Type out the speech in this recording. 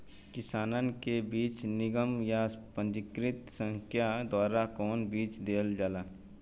किसानन के बीज निगम या पंजीकृत संस्था द्वारा कवन बीज देहल जाला?